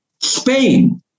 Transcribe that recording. Spain